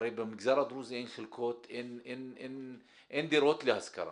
הרי במגזר הדרוזי אין דירות להשכרה.